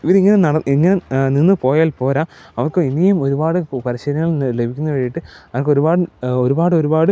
ഇവരിങ്ങനെ ഇങ്ങനെ നിന്ന് പോയാൽ പോരാ അവർക്ക് ഇനിയും ഒരുപാട് പരിശീലനങ്ങൾ ലഭിക്കുന്നതിന് വേണ്ടിയിട്ട് അവർക്കൊരുപാട് ഒരുപാടൊരുപാട്